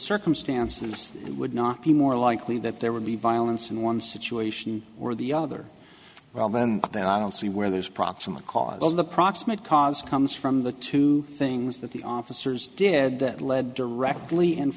circumstances would not be more likely that there would be violence in one situation or the other well then i don't see where there's proximate cause of the proximate cause comes from the two things that the officers did that led directly and